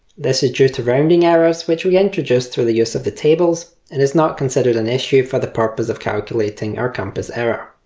this is due to rounding errors which we introduce through the use of the tables and is not considered an issue for the purpose of calculating our compass error.